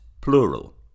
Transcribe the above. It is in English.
plural